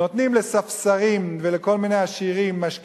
נותנים לספסרים ולכל מיני עשירים, משקיעים,